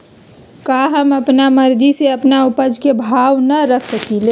का हम अपना मर्जी से अपना उपज के भाव न रख सकींले?